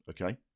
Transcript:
okay